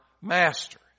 master